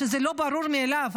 שזה לא ברור מאליו.